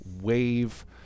Wave